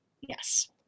Yes